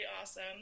awesome